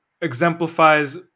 exemplifies